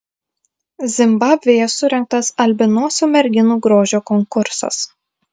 zimbabvėje surengtas albinosių merginų grožio konkursas